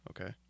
okay